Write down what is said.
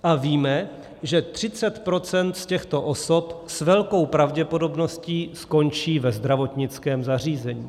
A víme, že 30 % z těchto osob s velkou pravděpodobností skončí ve zdravotnickém zařízení.